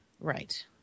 Right